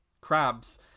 crabs